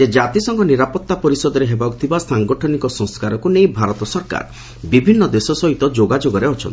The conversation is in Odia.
ଯେ ଜାତିସଂଘ ନିରାପତ୍ତା ପରିଷଦରେ ହେବାକୁ ଥିବା ସାଂଗଠନିକ ସଂସ୍କାରକୁ ନେଇ ଭାରତ ସରକାର ବିଭିନ୍ନ ଦେଶ ସହିତ ଯୋଗାଯୋଗରେ ଅଛନ୍ତି